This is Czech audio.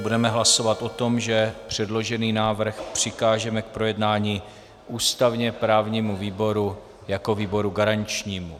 Budeme hlasovat o tom, že předložený návrh přikážeme k projednání ústavněprávnímu výboru jako výboru garančnímu.